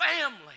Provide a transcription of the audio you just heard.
family